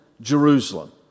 Jerusalem